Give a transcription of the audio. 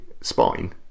Spine